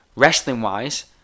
Wrestling-wise